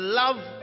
love